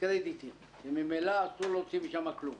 קרדיטים כי ממילא אסור להוציא משם כלום